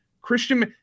Christian